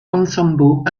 ensemble